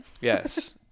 Yes